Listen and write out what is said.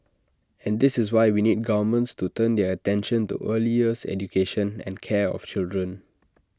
and this is why we need governments to turn their attention to early years education and care of children